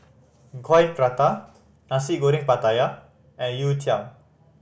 Coin Prata Nasi Goreng Pattaya and youtiao